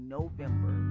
November